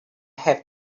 have